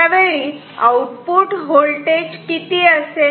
तेव्हा output voltage Vo किती असेल